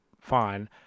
fine